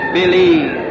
believe